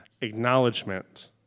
acknowledgement